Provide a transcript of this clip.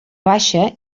baixa